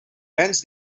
hence